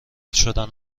شدن